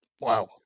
Wow